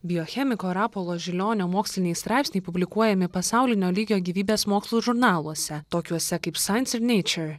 biochemiko rapolo žilionio moksliniai straipsniai publikuojami pasaulinio lygio gyvybės mokslų žurnaluose tokiuose kaip sajanc end neičiur